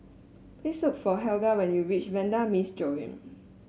please look for Helga when you reach Vanda Miss Joaquim